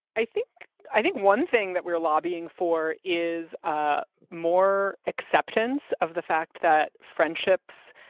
i think i think one thing that we're lobbying for is ah more acceptance of the fact that friendships,